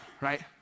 right